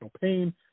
pain